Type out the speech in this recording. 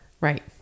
Right